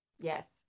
Yes